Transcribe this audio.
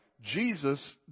Jesus